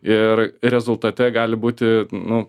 ir rezultate gali būti nu